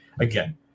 again